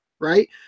right